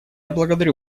благодарю